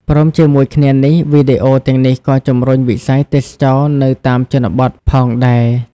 ព្រមជាមួយគ្នានេះ វីដេអូទាំងនេះក៏ជំរុញវិស័យទេសចរណ៍នៅតាមតំបន់ជនបទផងដែរ។